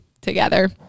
together